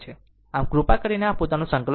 આમ કૃપા કરીને આ પોતાનું સંકલન કરો